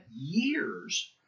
years